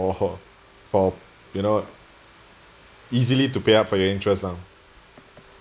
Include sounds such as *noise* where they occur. for *laughs* for you know easily to pay up for your interest lah